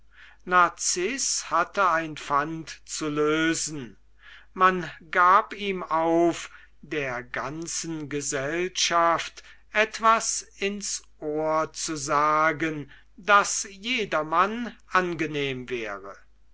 narziß hatte ein pfand zu lösen man gab ihm auf der ganzen gesellschaft etwas ins ohr zu sagen das jedermann angenehm wäre